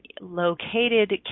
located